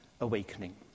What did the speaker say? Awakening